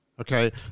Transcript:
Okay